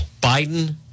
Biden